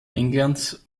englands